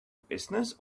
business